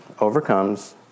overcomes